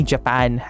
Japan